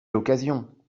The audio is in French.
l’occasion